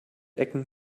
ecken